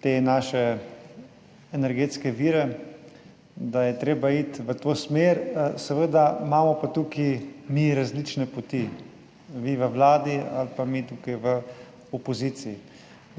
te naše energetske vire, da je treba iti v to smer, seveda imamo pa tukaj različne poti, vi v Vladi ali pa mi tukaj v opoziciji.